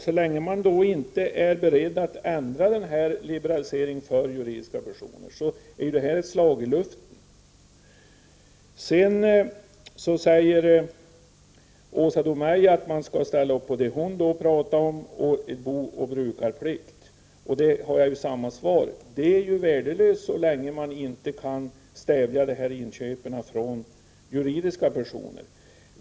Så länge man inte är beredd att ändra denna liberalisering för juridiska personer är detta endast ett slag i luften. Åsa Domeij vill att man skall ställa upp på det hon talar för, nämligen booch brukarplikt. Jag har samma svar där. Det är värdelöst så länge man inte kan stävja inköpen från juridiska personer.